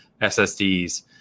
SSDs